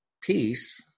peace